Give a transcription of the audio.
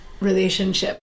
relationship